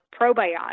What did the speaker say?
probiotic